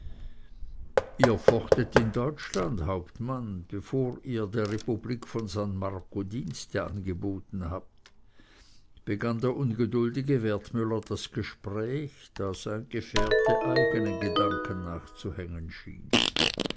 ihr fochtet in deutschland hauptmann bevor ihr der republik von san marco eure dienste angeboten habt begann der ungeduldige wertmüller das gespräch da sein gefährte eigenen gedanken nachzuhängen schien